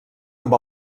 amb